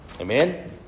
Amen